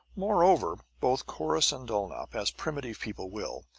moreover, both corrus and dulnop, as primitive people will,